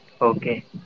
Okay